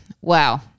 wow